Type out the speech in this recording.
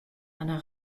einer